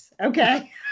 Okay